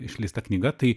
išleista knyga tai